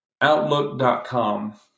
outlook.com